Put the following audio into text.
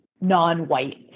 non-white